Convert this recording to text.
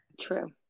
True